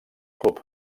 club